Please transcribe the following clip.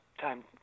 time